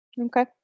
Okay